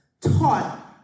taught